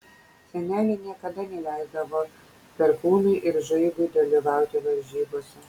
senelė niekada neleisdavo perkūnui ir žaibui dalyvauti varžybose